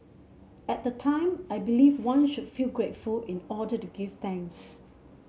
at the time I believed one should feel grateful in order to give thanks